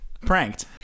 Pranked